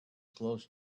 close